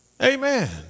Amen